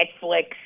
Netflix